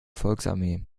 volksarmee